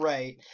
Right